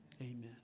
Amen